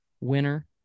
winner